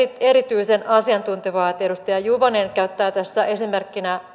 erityisen asiantuntevaa että edustaja juvonen käyttää tässä esimerkkinä